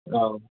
औ